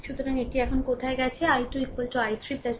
সুতরাং এটি এখানে কোথায় গেছে I2 I3 3 I